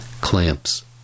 Clamps